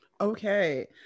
Okay